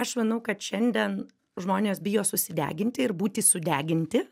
aš manau kad šiandien žmonės bijo susideginti ir būti sudeginti